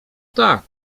tak